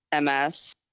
MS